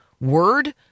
word